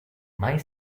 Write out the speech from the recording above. mai